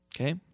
Okay